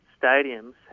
stadiums